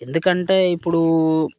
ఎందుకంటే ఇప్పుడూ